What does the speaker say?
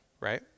right